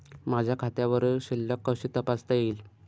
माझ्या खात्यावरील शिल्लक कशी तपासता येईल?